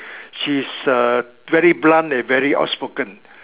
she is uh very blunt and very outspoken